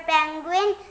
Penguin